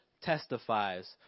testifies